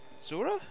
Zora